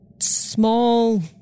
small